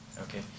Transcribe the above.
Okay